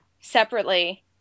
separately